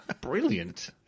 Brilliant